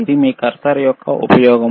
ఇది మీ కర్సర్ యొక్క ఉపయోగం